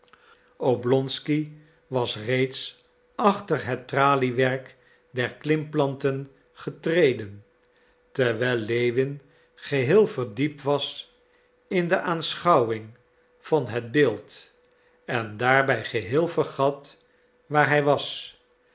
oblonsky was reeds achter het traliewerk der klimplanten getreden terwijl lewin geheel verdiept was in de aanschouwing van het beeld en daarbij geheel vergat waar hij was